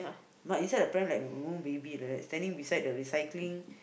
but inside the pram like no baby right standing beside the recycling